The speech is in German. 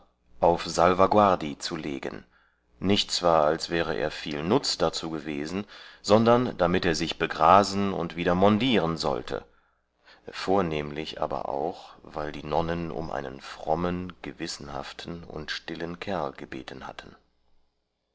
auf salvaguardi zu legen nicht zwar als wäre er viel nutz darzu gewesen sondern damit er sich begrasen und wieder mondieren sollte vornehmlich aber auch weil die nonnen um einen frommen gewissenhaften und stillen kerl gebeten hatten